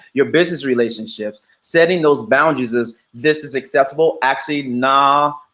your business relationships, setting those boundaries is, this is acceptable. actually, no,